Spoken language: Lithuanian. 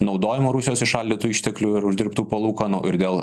naudojimo rusijos įšaldytų išteklių ir uždirbtų palūkanų ir gal